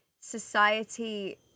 society